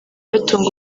batunga